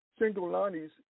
Singolani's